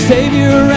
Savior